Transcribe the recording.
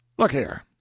look here!